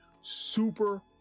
super